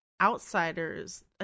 outsiders